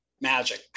magic